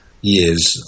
years